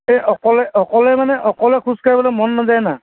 এই অকলে অকলে মানে অকলে খোজ কাঢ়িবলৈ মন নাযায় না